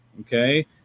Okay